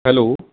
hello